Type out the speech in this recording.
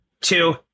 two